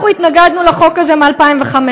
אנחנו התנגדנו לחוק הזה מ-2005.